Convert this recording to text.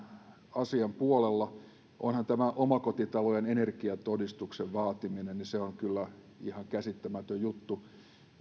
asian puolella onhan tämä omakotitalojen energiatodistuksen vaatiminen kyllä ihan käsittämätön juttu